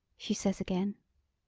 she says again.